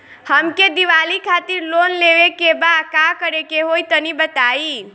हमके दीवाली खातिर लोन लेवे के बा का करे के होई तनि बताई?